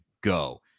go